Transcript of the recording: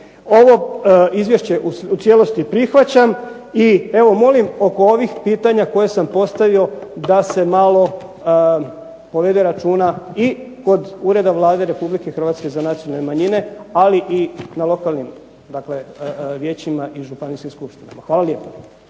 ovo izvješće u cijelosti prihvaćam i evo molim oko ovih pitanja koja sam postavio da se malo povede računa i kod Ureda Vlade Republike Hrvatske za nacionalne manjine, ali i na lokalnim vijećima i županijskim skupštinama. **Šeks,